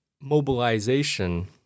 mobilization